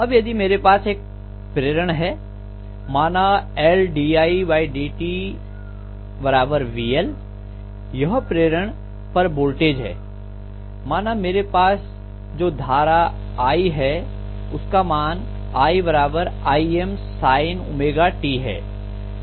अब यदि मेरे पास एक प्रेरण है माना Ldidt vL यह प्रेरण पर वोल्टेज है माना मेरे पासजो धारा i है उसका मान i Im sint है